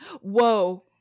Whoa